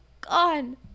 gone